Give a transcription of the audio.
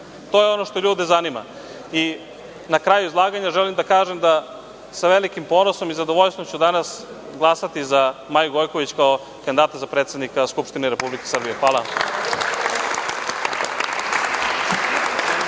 To je ono što ljude zanima. Na kraju izlaganja želim da kažem da ću sa velikim ponosom i zadovoljstvom glasati danas za Maju Gojković kao kandidata za predsednika Skupštine Republike Srbije. Hvala